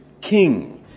king